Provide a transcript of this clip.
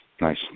nice